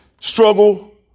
struggle